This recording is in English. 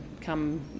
come